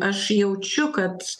aš jaučiu kad